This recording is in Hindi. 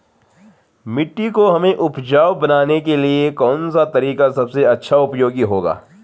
मिट्टी को हमें उपजाऊ बनाने के लिए कौन सा तरीका सबसे अच्छा उपयोगी होगा?